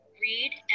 read